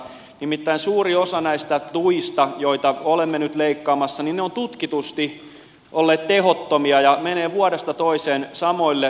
nimittäin suuri osa näistä tuista joita olemme nyt leikkaamassa ovat tutkitusti olleet tehottomia ja menevät vuodesta toiseen samoille suuryrityksille